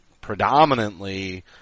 predominantly